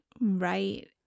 right